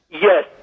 Yes